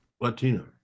Latina